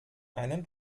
einen